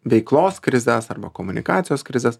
veiklos krizes arba komunikacijos krizes